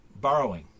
borrowing